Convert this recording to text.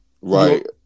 right